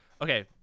Okay